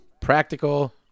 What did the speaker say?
practical